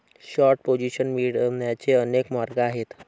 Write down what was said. short position मिळवण्याचे अनेक मार्ग आहेत